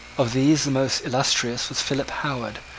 of these the most illustrious was philip howard,